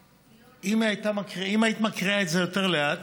אם היית מקריאה את זה יותר לאט,